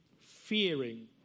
fearing